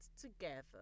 together